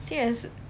serious